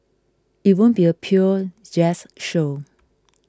it won't be a pure jazz show